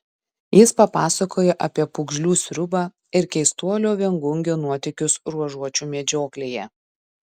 jis papasakojo apie pūgžlių sriubą ir keistuolio viengungio nuotykius ruožuočių medžioklėje